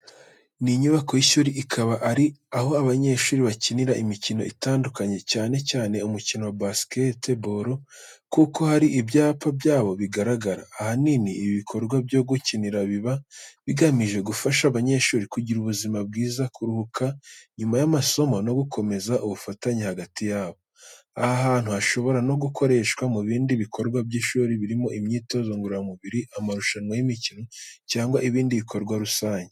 Ni inyubako y’ishuri ikaba ari aho abanyeshuri bakinira imikino itandukanye, cyane cyane umukino wa basketball kuko hari ibyapa byawo bigaragara. Ahanini ibi bikorwa byo gukinira biba bigamije gufasha abanyeshuri kugira ubuzima bwiza kuruhuka nyuma y’amasomo no gukomeza ubufatanye hagati yabo. Aha hantu hashobora no gukoreshwa mu bindi bikorwa by’ishuri birimo imyitozo ngororamubiri, amarushanwa y’imikino cyangwa ibindi bikorwa rusange.